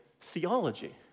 theology